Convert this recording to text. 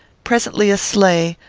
presently a sleigh,